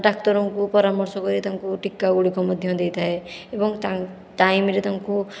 ଡାକ୍ତରଙ୍କୁ ପରାମର୍ଶ କରି ତାଙ୍କୁ ଟିକାଗୁଡ଼ିକ ମଧ୍ୟ ଦେଇଥାଏ ଏବଂ ଟାଇମ୍ରେ ତାଙ୍କୁ